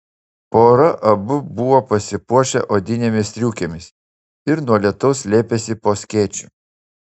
pora abu buvo pasipuošę odinėmis striukėmis ir nuo lietaus slėpėsi po skėčiu